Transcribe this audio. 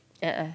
uh uh